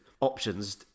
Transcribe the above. options